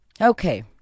Okay